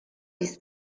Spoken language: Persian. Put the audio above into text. است